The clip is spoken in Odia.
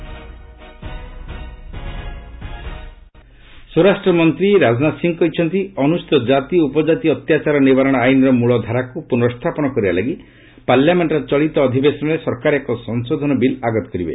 ଏଲ୍ଏସ୍ ରାଜନାଥ ସ୍ୱରାଷ୍ଟ୍ରମନ୍ତ୍ରୀ ରାଜନାଥ ସିଂହ କହିଛନ୍ତି ଅନୁସୂଚୀତ ଜାତି ଓ ଉପଜାତି ଅତ୍ୟାଚାର ନିବାରଣ ଆଇନ୍ର ମୂଳ ଧାରାକୁ ପୁର୍ନସ୍ଥାପନ କରିବା ଲାଗି ପାର୍ଲାମେଣ୍ଟର ଚଳିତ ଅଧିବେଶନରେ ସରକାର ଏକ ସଂଶୋଧନ ବିଲ୍ ଆଗତ କରିବେ